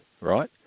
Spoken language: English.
right